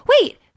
Wait